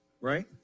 right